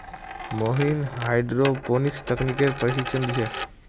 Mohit hydroponics तकनीकेर प्रशिक्षण दी छे